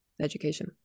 Education